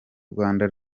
rwanda